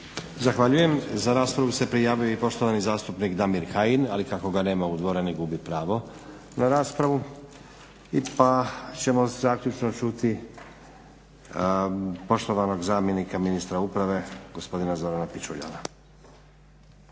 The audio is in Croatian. Zahvaljujem. Za raspravu se prijavio i poštovani zastupnik Damir Kajin, ali kako ga nema u dvorani gubi pravo na raspravu. Pa ćemo zaključno čuti poštovanog zamjenika ministra uprave gospodina Zorana Pićuljana.